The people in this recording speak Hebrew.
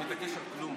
הוא מתעקש על כלום,